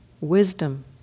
Wisdom